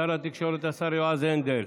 שר התקשורת השר יועז הנדל.